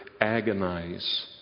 agonize